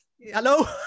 Hello